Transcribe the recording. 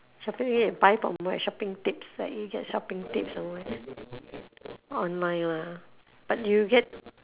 shopping already you buy from where shopping tips like you get shopping tips from where online lah but you get